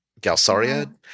Galsariad